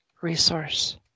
resource